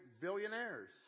billionaires